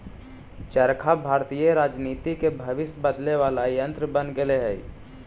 चरखा भारतीय राजनीति के भविष्य बदले वाला यन्त्र बन गेले हई